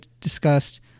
discussed